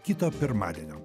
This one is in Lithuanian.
kito pirmadienio